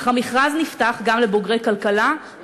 אך המכרז נפתח גם לבוגרי כלכלה,